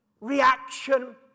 reaction